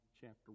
chapter